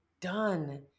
done